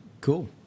Cool